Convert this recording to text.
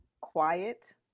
quiet